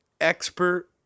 expert